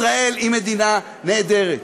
ישראל היא מדינה נהדרת,